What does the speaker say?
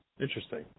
Interesting